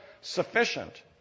sufficient